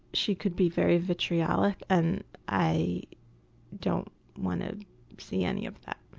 she could be very vitriolic and i don't want to see any of that.